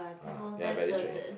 ah they are very strict ah